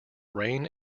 rain